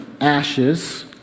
ashes